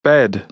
Bed